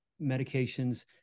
medications